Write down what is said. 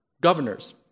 governors